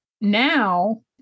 now